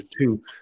two